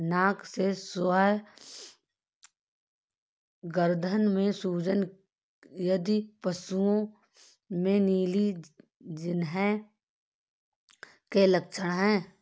नाक से स्राव, गर्दन में सूजन आदि पशुओं में नीली जिह्वा के लक्षण हैं